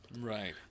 Right